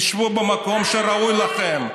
תשבו במקום שראוי לכם,